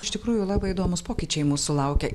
iš tikrųjų labai įdomūs pokyčiai mūsų laukia